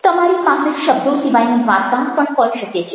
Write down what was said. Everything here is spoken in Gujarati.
તમારી પાસે શબ્દો સિવાયની વાર્તા પણ હોઈ શકે છે